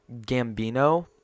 Gambino